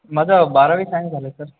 माझं बारावी सायन्स झालं आहे सर